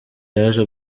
yaje